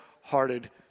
hearted